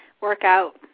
workout